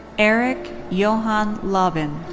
erik johann lobben.